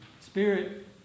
spirit